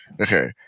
Okay